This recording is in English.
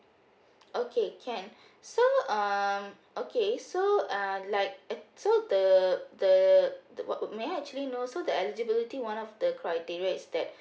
okay can so um okay so uh like eh so the the the what what may I actually know so the eligibility one of the criteria is that